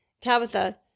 Tabitha